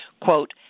quote